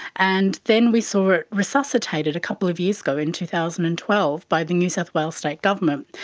and then we saw it resuscitated a couple of years ago in two thousand and twelve by the new south wales state government.